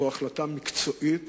זו החלטה מקצועית